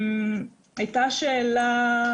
הייתה שאלה,